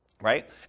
right